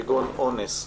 כגון אונס,